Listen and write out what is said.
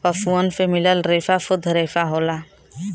पसुअन से मिलल रेसा सुद्ध रेसा होला